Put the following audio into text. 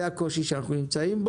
זה הקושי בו אנחנו נמצאים.